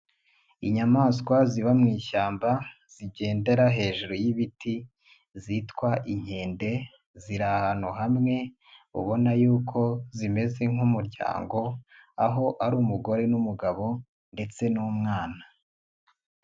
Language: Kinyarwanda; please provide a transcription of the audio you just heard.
Inyamaswa ziba mu ishyamba zigendera hejuru y'ibiti zitwa inkende, ziri ahantu hamwe ubona yuko zimeze nk'umuryango, aho ari umugore n'umugabo ndetse n'umwana.